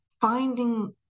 finding